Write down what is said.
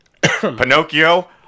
Pinocchio